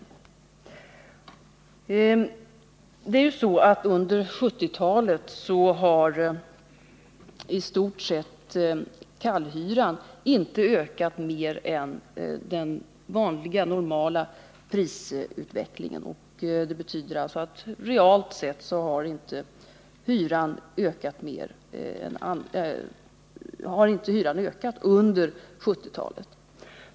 Under 1970-talet har kallhyran i stort sett inte ökat mer än vad som motsvarar prisutvecklingen i allmänhet, och det betyder att hyran realt sett inte har ökat under 1970-talet.